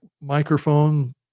microphone